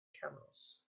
camels